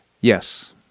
Yes